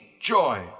joy